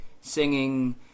singing